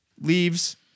Leaves